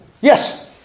Yes